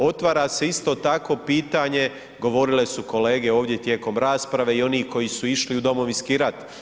Otvara se isto tako pitanje, govorile su kolege ovdje tijekom rasprave i onih kojih išli u Domovinskih rat.